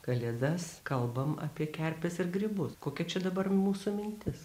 kalėdas kalbam apie kerpes ir grybus kokia čia dabar mūsų mintis